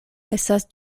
estas